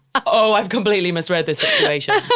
oh, i've completely misread this situation.